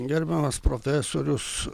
gerbiamas profesorius